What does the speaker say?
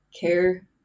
care